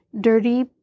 dirty